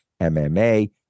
MMA